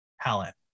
palette